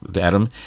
Adam